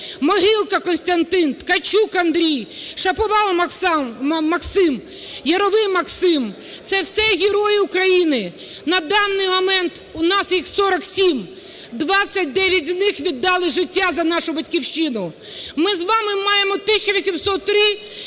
Могилко Костянтин, Ткачук Андрій, Шаповалов Максим, Яровий Максим – це все Герої України. На даний момент у нас їх 47, 29 з них віддали життя нашу Батьківщину. Ми з вами маємо 1803